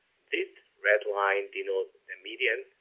this red line denote the median,